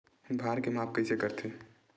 भार के माप कइसे करथे?